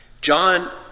John